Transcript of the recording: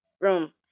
room